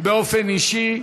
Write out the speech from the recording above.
באופן אישי.